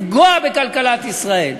גם נשים היו בפיגועים,